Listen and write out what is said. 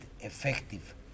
effective